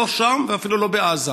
לא שם, ואפילו לא בעזה.